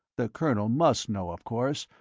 the colonel must know, of course,